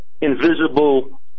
invisible